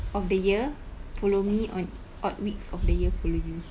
of the year follow me on odd weeks of the year follow you